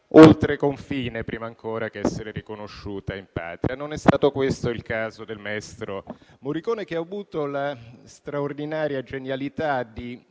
oltre confine prima ancora che essere riconosciuta in Patria. Non è stato questo il caso del maestro Morricone, che ha avuto la straordinaria genialità di